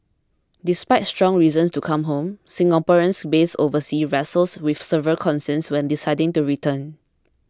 despite strong reasons to come home Singaporeans based overseas wrestle with several concerns when deciding to return